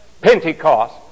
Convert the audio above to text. Pentecost